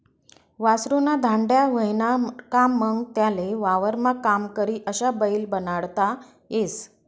वासरु ना धांड्या व्हयना का मंग त्याले वावरमा काम करी अशा बैल बनाडता येस